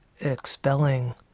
expelling